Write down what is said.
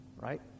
Right